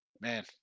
man